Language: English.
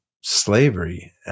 slavery